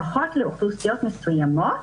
לפחות לאוכלוסיות מסוימות,